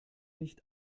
nicht